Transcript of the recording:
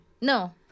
No